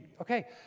okay